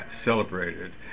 celebrated